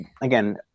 again